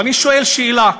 אז אני שואל שאלה: